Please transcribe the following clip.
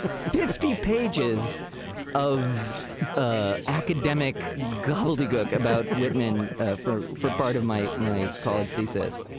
fifty pages of ah academic gobbledygook about whitman ah for for part of my my college thesis.